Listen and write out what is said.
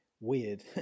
weird